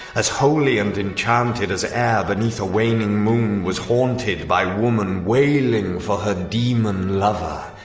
as holy and enchanted as e'er beneath a waning moon was haunted by woman wailing for her demon-lover!